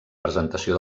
presentació